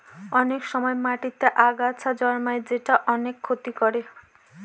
অনেক সময় মাটিতেতে আগাছা জন্মায় যেটা অনেক ক্ষতি করে